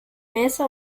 messer